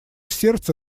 сердце